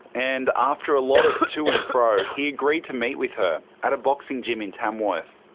and after a lot of to and fro, he agreed to meet with her at a boxing gym in tamworth.